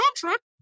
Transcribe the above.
contract